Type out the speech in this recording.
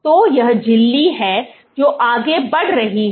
तो यह झिल्ली है जो आगे बढ़ रही है